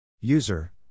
User